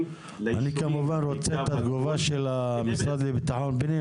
לישובים כדי בעצם --- אני רוצה את התגובה של המשרד לביטחון פנים,